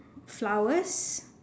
flowers